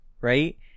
right